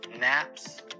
naps